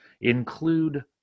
Include